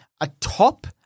atop